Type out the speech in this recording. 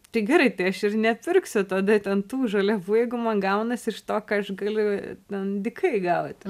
tai gerai tai aš ir nepirksiu tada ten tų žaliavų jeigu man gaunasi iš to ką aš galiu ten dykai gaut